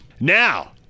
Now